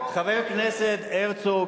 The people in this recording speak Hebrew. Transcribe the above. חבר הכנסת הרצוג,